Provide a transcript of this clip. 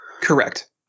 Correct